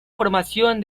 formación